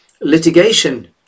litigation